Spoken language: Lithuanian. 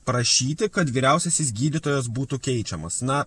prašyti kad vyriausiasis gydytojas būtų keičiamas na